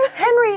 henry